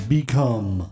Become